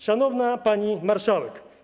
Szanowna Pani Marszałek!